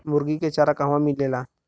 मुर्गी के चारा कहवा मिलेला?